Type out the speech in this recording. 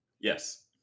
Yes